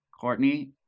Courtney